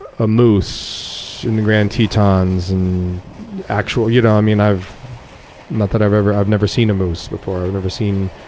a moose in the grand tetons and actual you know um and not that i've ever, i've never seen a moose before. i've never seen